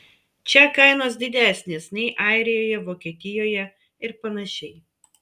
čia kainos didesnės nei airijoje vokietijoje ir panašiai